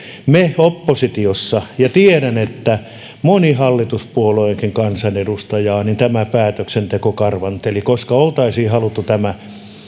meitä oppositiossa ja tiedän että monta hallituspuolueenkin kansanedustajaa tämä päätöksenteko karvanteli koska oltaisiin haluttu tämä